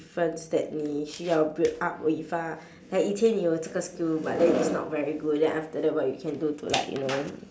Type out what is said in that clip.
different step 你需要 build up like 以前你有这个 skill but then it was not very good then after that what you can do to like you know